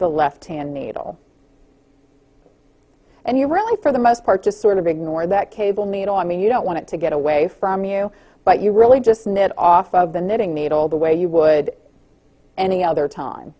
the left hand needle and you really for the most part just sort of ignore that cable needle i mean you don't want to get away from you but you really just knit off of the knitting needle the way you would any other time